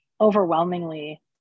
overwhelmingly